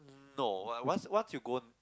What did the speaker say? no once once you go